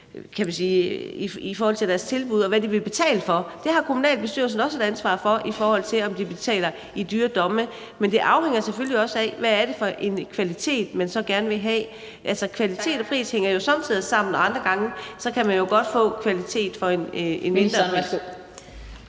vil have i deres tilbud, og hvad de vil betale for. Kommunalbestyrelsen har også et ansvar for, om de betaler i dyre domme. Men det afhænger selvfølgelig også af, hvad det er for en kvalitet, man så gerne vil have. Kvalitet og pris hænger jo somme tider sammen, men andre gange kan man godt få kvalitet for en lavere pris.